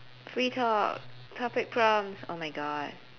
free talk topic prompts oh my god